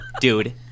dude